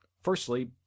Firstly